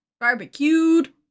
Barbecued